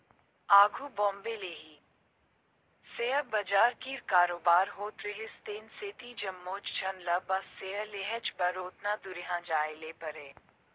आघु बॉम्बे ले ही सेयर बजार कीर कारोबार होत रिहिस तेन सेती जम्मोच झन ल बस सेयर लेहेच बर ओतना दुरिहां जाए ले परे